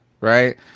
right